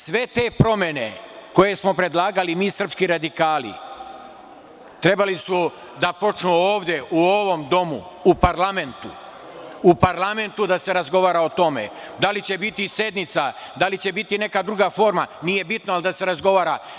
Sve te promene koje smo predlagali mi srpski radikali, trebali su da počnu ovde u ovom parlamentu, u parlamentu da se razgovara o tome, da li će biti sednica, da li će biti neka druga forma, nije bitno, ali da se razgovara.